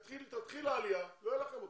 כשתתחיל העלייה לא יהיה לכם אותם,